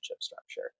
structure